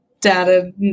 data